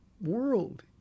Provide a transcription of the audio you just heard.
world